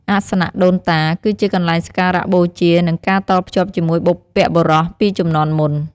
អាសនៈដូនតា គឺជាកន្លែងសក្ការៈបូជា និងការតភ្ជាប់ជាមួយបុព្វបុរសពីជំនាន់មុន។